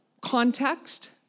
context